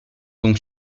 donc